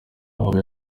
wabo